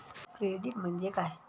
Credit म्हणजे काय?